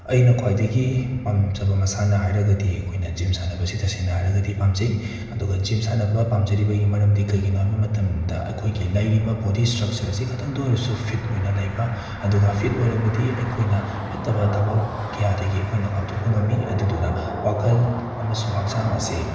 ꯑꯩꯅ ꯈ꯭ꯋꯥꯏꯗꯒꯤ ꯄꯥꯝꯖꯕ ꯃꯁꯥꯟꯅ ꯍꯥꯏꯔꯒꯗꯤ ꯑꯩꯈꯣꯏꯅ ꯖꯤꯝ ꯁꯥꯟꯅꯕꯁꯤ ꯇꯁꯦꯡꯅ ꯍꯥꯏꯔꯒꯗꯤ ꯄꯥꯝꯖꯩ ꯑꯗꯨꯒ ꯖꯤꯝ ꯁꯥꯟꯅꯕ ꯄꯥꯝꯖꯔꯤꯕꯒꯤ ꯃꯔꯝꯗꯤ ꯀꯔꯤꯒꯤꯅꯣ ꯍꯩꯏꯕ ꯃꯇꯝꯗ ꯑꯩꯈꯣꯏꯒꯤ ꯂꯩꯔꯤꯕ ꯕꯣꯗꯤ ꯁ꯭ꯇ꯭ꯔꯛꯆꯔ ꯑꯁꯤ ꯈꯤꯇꯪꯗ ꯑꯣꯏꯔꯁꯨ ꯐꯤꯠ ꯑꯣꯏꯅ ꯂꯩꯕ ꯑꯗꯨꯒ ꯐꯤꯠ ꯑꯣꯏꯔꯕꯗꯤ ꯑꯩꯈꯣꯏꯅ ꯐꯠꯇꯕ ꯊꯕꯛ ꯀꯌꯥꯗꯒꯤ ꯑꯩꯈꯣꯏꯅ ꯉꯥꯛꯊꯣꯛꯄ ꯉꯝꯃꯤ ꯑꯗꯨꯗꯨꯅ ꯋꯥꯈꯜ ꯑꯃꯁꯨꯡ ꯍꯛꯆꯥꯡ ꯑꯁꯤ